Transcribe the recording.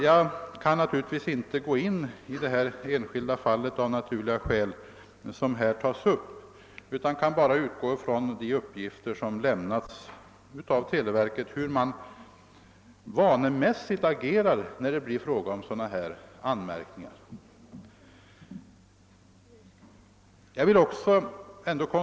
Jag kan naturligtvis inte gå in på enskilda fall, men jag utgår ifrån de uppgifter som lämnats av televerket om hur man vanemässigt agerar vid anmärkningar av detta slag.